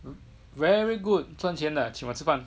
very good 赚钱了请我吃饭